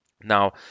Now